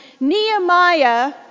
Nehemiah